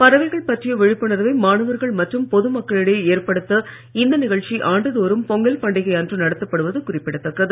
பறவைகள் பற்றிய விழிப்புணர்வை மாணவர்கள் மற்றும் பொது மக்கிளடையே ஏற்படுத்த இந்த நிகழ்ச்சி ஆண்டுதோறும் பொங்கல் பண்டிகை அன்று நடத்தப்படுவது குறிப்பிடத்தக்கது